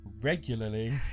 regularly